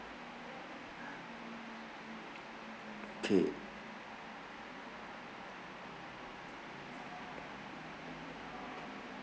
okay